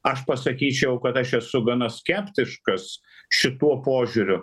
aš pasakyčiau kad aš esu gana skeptiškas šituo požiūriu